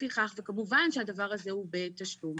וכמובן שהדבר הזה הוא בתשלום.